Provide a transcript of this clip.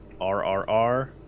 RRR